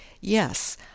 yes